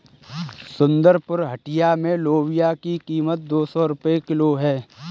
सुंदरपुर हटिया में लोबिया की कीमत दो सौ रुपए किलो है